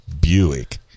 Buick